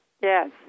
Yes